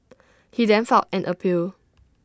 he then filed an appeal